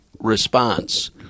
response